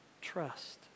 trust